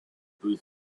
booth